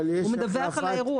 הוא מדווח על האירוע.